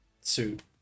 suit